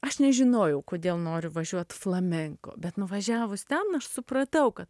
aš nežinojau kodėl noriu važiuot flamenko bet nuvažiavus ten aš supratau kad